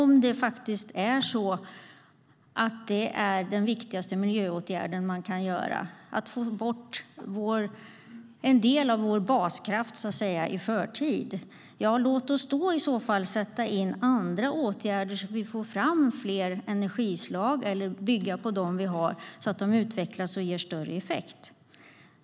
Är att ta bort en del av vår baskraft i förtid den viktigaste miljöåtgärden man kan göra? Låt oss i så fall vidta andra åtgärder så att vi får fram fler energislag eller bygga vidare på dem vi har så att de utvecklas och ger större effekt. Herr ålderspresident!